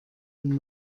wenn